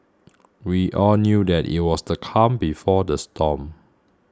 we all knew that it was the calm before the storm